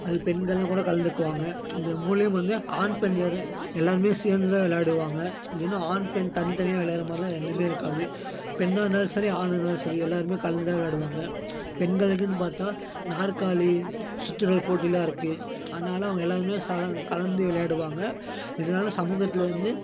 அது பெண்கள்லாம் கூட கலந்துக்குவாங்க இதன் மூலியம் வந்து ஆண் பெண் எல்லோருமே சேர்ந்து தான் விளாடுவாங்க இல்லைனா ஆண் பெண் தனி தனியாக விளாட்ற மாதிரிலாம் எதுவுமே இருக்காது பெண்ணாக இருந்தாலும் சரி ஆணாக இருந்தாலும் சரி எல்லோருமே கலந்து தான் விளாடுவாங்க பெண்களுக்குன்னு பார்த்தா நாற்காலி சுற்றுற போட்டிலாம் இருக்குது அதனால் அவங்க எல்லோருமே சலங் கலந்து விளையாடுவாங்க இதனால் சமூகத்தில் வந்து